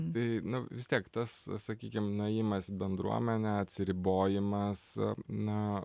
tai nu vis tiek tas sakykim nuėjimas bendruomenę atsiribojimas na